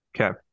Okay